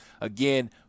Again